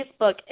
Facebook